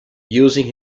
using